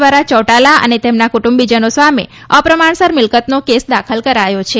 દ્વારા ચૌટાલા અને તેમના કુટુંબીજનો સામે અપ્રમાણસર મિલ્કતનો કેસ દાખલ કરાયો છે